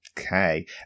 Okay